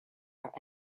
are